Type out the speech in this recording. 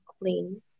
clean